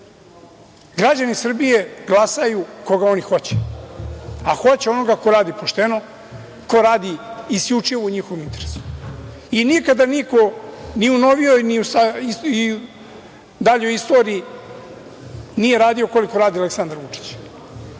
Građani Srbije glasaju koga oni hoće, a hoće onoga koji radi pošteno, ko radi isključivo u njihovom interesu.I, nikada niko, ni u novijoj ni u daljoj istoriji, nije radio koliko je radi Aleksandar Vučić.